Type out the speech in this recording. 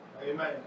Amen